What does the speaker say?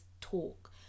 talk